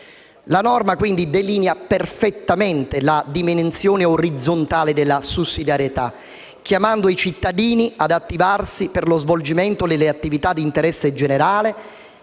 La norma, quindi, delinea perfettamente la diminuzione orizzontale della sussidiarietà, chiamando i cittadini ad attivarsi per lo svolgimento delle attività di interesse generale